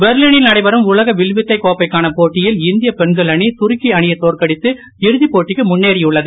Berlin நடைபெறும் உலக வில்வித்தை கோப்பைக்கான போட்டியில் இந்திய பெண்கள் அணி துருக்கி அணியை தோற்கடித்து இறுதி போட்டிக்கு முன்னேறியுள்ளது